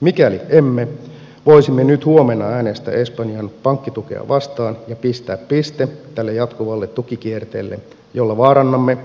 mikäli emme voisimme nyt huomenna äänestää espanjan pankkitukea vastaan ja pistää pisteen tälle jatkuvalle tukikierteelle jolla vaarannamme